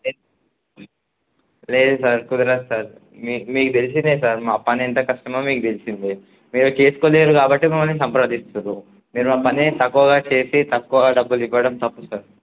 లేదు సార్ కుదరదు సార్ మీకు తెలిసిందే సార్ మా పని ఎంత కష్టమో మీకు తెలిసిందే మీరు చేసుకోలేరు కాబట్టి మమ్మల్ని సంప్రదిస్తున్నారు మీరు మా పనే తక్కువగా చేసి తక్కువగా డబ్బులు ఇవ్వడం తప్పు సార్